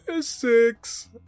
six